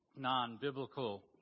non-biblical